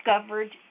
discovered